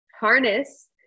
harness